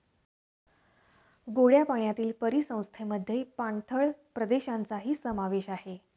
गोड्या पाण्यातील परिसंस्थेमध्ये पाणथळ प्रदेशांचाही समावेश असतो